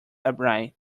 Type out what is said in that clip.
upright